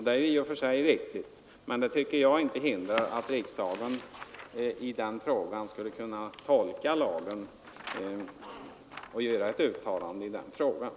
Det är i och för sig riktigt men det tycker jag inte hindrar att riksdagen gör ett uttalande om sin tolkning av lagen.